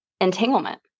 entanglement